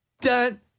dun